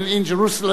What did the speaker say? and in Jerusalem,